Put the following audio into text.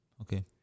Okay